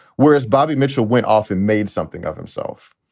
whereas bobby mitchell went off and made something of himself.